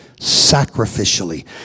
sacrificially